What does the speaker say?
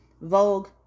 Vogue